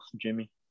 Jimmy